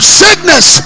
sickness